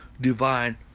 divine